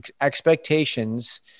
expectations